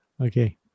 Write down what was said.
Okay